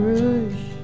Rouge